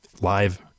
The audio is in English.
Live